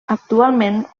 actualment